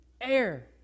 air